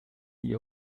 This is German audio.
ihr